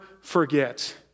forget